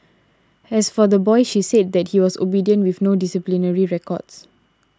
and as for the boy she said that he was obedient with no disciplinary records